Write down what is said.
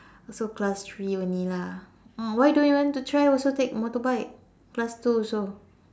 so class three only lah mm why don't you want to try also take motorbike class two also